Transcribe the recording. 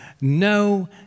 no